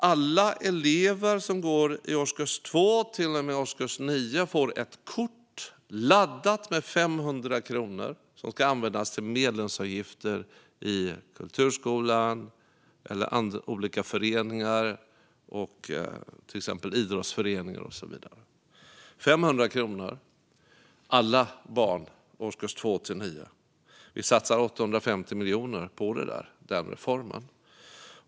Alla elever som går i årskurs 2-9 får ett kort laddat med 500 kronor som ska användas till medlemsavgifter i kulturskolan eller olika föreningar, idrottsföreningar och så vidare - 500 kronor, alla barn i årskurs 2-9. Vi satsar 850 miljoner på den reformen.